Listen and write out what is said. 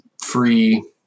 Free